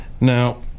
Now